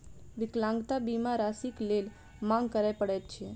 विकलांगता बीमा राशिक लेल मांग करय पड़ैत छै